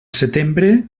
setembre